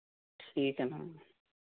ठीक है मैम